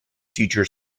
teacher